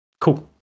Cool